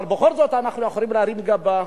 אבל בכל זאת אנחנו יכולים להרים גבה,